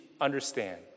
understand